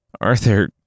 Arthur